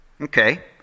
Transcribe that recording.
Okay